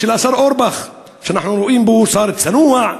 של השר אורבך, שאנחנו רואים בו שר צנוע,